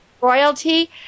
royalty